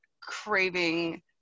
craving